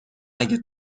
اگه